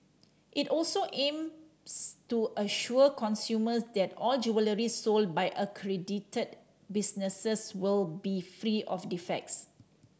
it also aims to assure consumers that all jewellery sold by accredited businesses will be free of defects